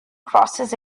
crosses